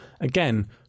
Again